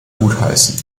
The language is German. gutheißen